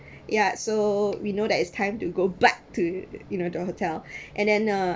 ya so we know that it's time to go back to you know the hotel and then uh